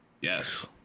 Yes